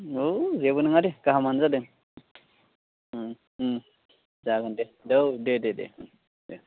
औ जेबो नङा दे गाहामानो जादों जागोन दे औ दे दे दे